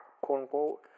quote-unquote